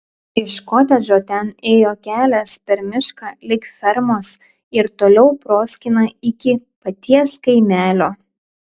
iš kotedžo ten ėjo kelias per mišką lig fermos ir toliau proskyna iki paties kaimelio